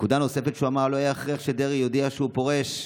נקודה נוספת שהוא אמר: לא היה הכרח שדרעי יודיע שהוא פורש,